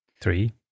three